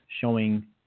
showing